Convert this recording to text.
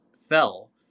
fell